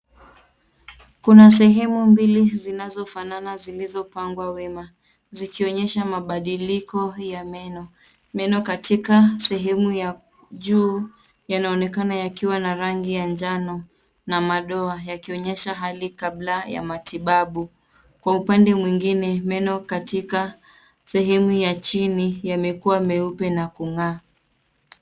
Kuna sehemu mbili zinazofanana zilizopangwa wima zikionyesha mabadiliko ya meno. Meno katika sehemu ya juu yanaonekana yakiwa ya rangi ya njano na madoa yakionyesha hali kabla ya matibabu. Kwa upande mwingine, meno katika sehemu ya chini yamekua meupe na kung'aa.